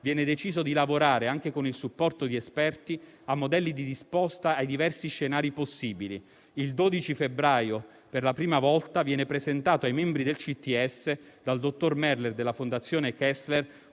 viene deciso di lavorare, anche con il supporto di esperti, a modelli di risposta ai diversi scenari possibili. Il 12 febbraio, per la prima volta, viene presentato ai membri del CTS dal dottor Merler della Fondazione Kessler